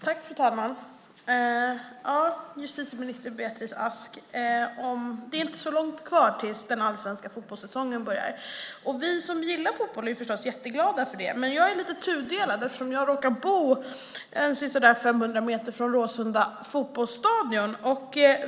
Fru talman! Justitieminister Beatrice Ask! Det är inte så långt kvar tills den allsvenska fotbollssäsongen börjar. Vi som gillar fotboll är förstås jätteglada för det. Men jag är lite tudelad, eftersom jag råkar bo sisådär 500 meter från Råsunda fotbollsstadion.